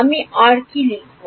আমি আর কি লিখব